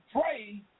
pray